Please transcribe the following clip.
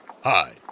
Hi